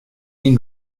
dyn